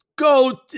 Go